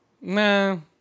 No